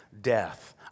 death